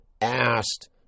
asked